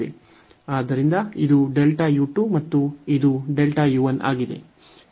ಆದ್ದರಿಂದ ಇದು ಮತ್ತು ಇದುಆಗಿದೆ